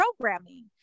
programming